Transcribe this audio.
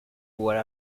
what